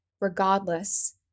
regardless